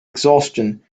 exhaustion